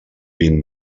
vint